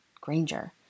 Granger